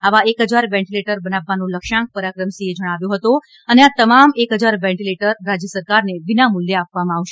આવા એક હજાર વેન્ટીલેટર બનાવવાનો લક્ષ્યાંક પરાક્રમસિંહે જણાવ્યો હતો અને આ તમામ એક હજાર વેન્ટીલેટર રાજય સરકારને વિના મુલ્યે આપવામાં આવશે